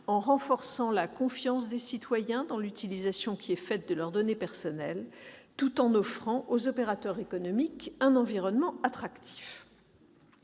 en renforçant la confiance des citoyens dans l'utilisation qui est faite de leurs données personnelles, tout en offrant aux opérateurs économiques un environnement attractif.